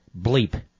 bleep